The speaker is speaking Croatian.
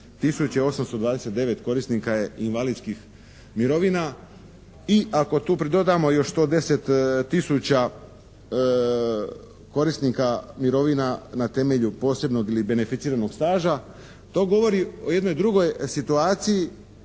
829 korisnika je invalidskih mirovina i ako tu pridodamo još 110 tisuća korisnika mirovina na temelju posebnog ili beneficiranog staža, to govori o jednoj drugoj situaciji